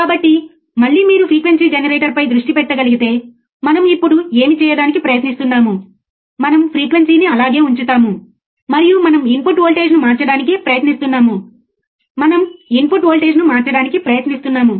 కాబట్టి మనం స్క్రీన్పై చూడగలిగిన సంకేతాలను చూడవచ్చు ఇలాంటి సిగ్నల్ ఇక్కడ మనం చూడవచ్చు ఇన్పుట్ వోల్టేజ్ను వర్తింపజేస్తున్నాము మరియు అవుట్పుట్ వోల్టేజ్లో కొంత లాగ్ ఉంది